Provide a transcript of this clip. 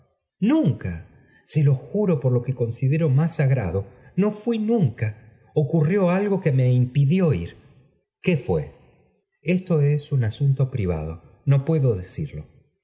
nunca se lo juro por lo que consideró más piditir nunca ocurrió algo que me im qué fué esto es un asunto p rivac o no puedo de